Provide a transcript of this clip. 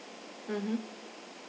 mmhmm